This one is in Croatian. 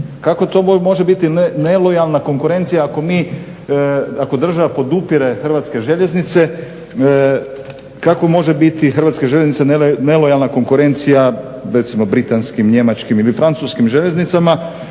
Kako to može biti nelojalna konkurencija ako država podupire HŽ kako može biti HŽ nelojalna konkurencija recimo britanskim, njemačkim ili francuskim željeznicama